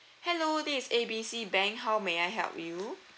hello this is A B C bank how may I help you